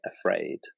afraid